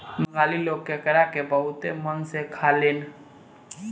बंगाली लोग केकड़ा के बहुते मन से खालेन